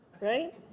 right